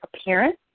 appearance